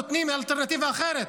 לא נותנים אלטרנטיבה אחרת.